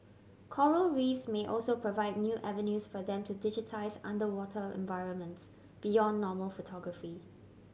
Coral Reefs may also provide new avenues for them to digitise underwater environments beyond normal photography